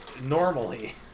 normally